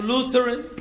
Lutheran